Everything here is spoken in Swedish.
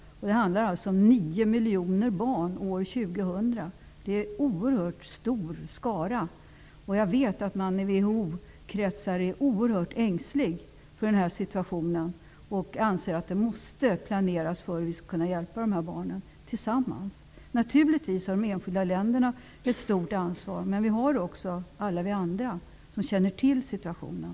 Det handlar om 9 miljoner barn år 2000. Det är en oerhört stor skara. Jag vet att man i WHO-kretsar är oerhört ängslig för den här situationen och anser att det måste planeras för hur vi tillsammans skall kunna hjälpa de här barnen. Naturligtvis har de enskilda länderna ett stort ansvar, men det har också alla vi andra som känner till situationen.